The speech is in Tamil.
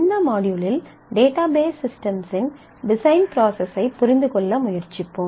இந்த மாட்யூலில் டேட்டாபேஸ் சிஸ்டம்ஸின் டிசைன் ப்ராசஸ் ஐ புரிந்து கொள்ள முயற்சிப்போம்